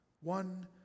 one